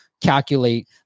calculate